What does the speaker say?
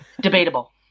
debatable